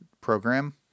program